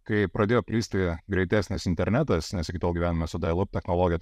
kai pradėjo plisti greitesnis internetas nes iki tol gyvenome su dailop technologija